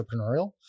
entrepreneurial